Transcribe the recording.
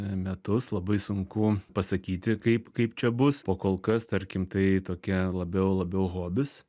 metus labai sunku pasakyti kaip kaip čia bus po kolkas tarkim tai tokia labiau labiau hobis